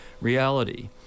reality